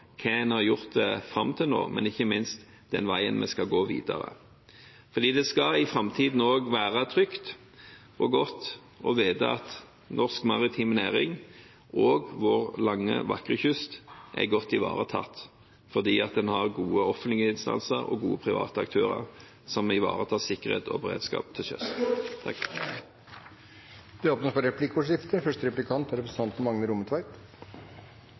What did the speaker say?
hva man har gjort fram til nå, men ikke minst den veien vi skal gå videre. Det skal også i framtiden være trygt og godt å vite at norsk maritim næring og vår lange, vakre kyst er godt ivaretatt fordi man har gode offentlige instanser og gode private aktører som ivaretar sikkerheten og beredskapen til sjøs. Det blir replikkordskifte.